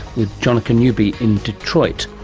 with jonica newby in detroit.